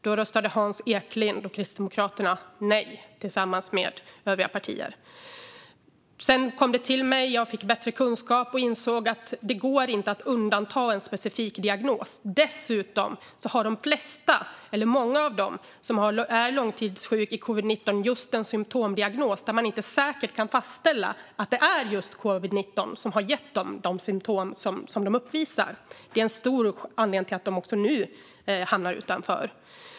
Då röstade Hans Eklind och Kristdemokraterna nej tillsammans med övriga partier. Sedan fick jag bättre kunskap och insåg att det inte går att undanta en specifik diagnos. Dessutom har många av dem som är långtidssjuka i covid-19 en symtomdiagnos, och man kan inte säkert fastställa att det är just covid-19 som har gett de symtom de uppvisar. Detta är en stor anledning till att de nu hamnar utanför.